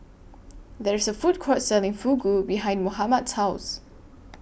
There IS A Food Court Selling Fugu behind Mohammad's House